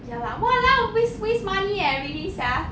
ya lah !walao! waste waste money eh really [sial]